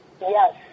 Yes